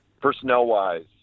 personnel-wise